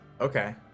Okay